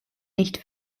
nicht